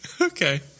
Okay